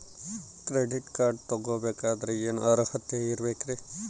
Credit card ತೊಗೋ ಬೇಕಾದರೆ ಏನು ಅರ್ಹತೆ ಇರಬೇಕ್ರಿ?